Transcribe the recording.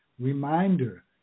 reminder